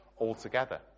altogether